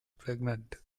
pregnant